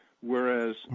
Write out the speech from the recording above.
whereas